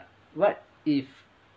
what if